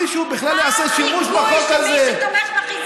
הינה, סגן השר אומר שאני צודק.